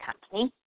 company